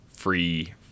Free